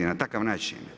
Na takav način.